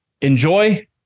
enjoy